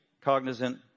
cognizant